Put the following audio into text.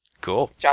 Cool